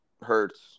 hurts